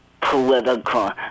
political